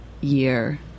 year